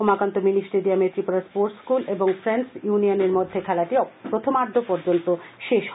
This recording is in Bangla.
উমাকান্ত মিনি স্টেডিয়ামে ত্রিপুরা স্পোর্টস স্কুল ও ফ্রেন্ডস ইউনিয়ন এর মধ্যে খেলাটি প্রথমার্ধ পর্যন্ত শেষ হয়